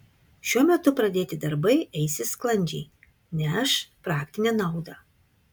šiuo metu pradėti darbai eisis sklandžiai neš praktinę naudą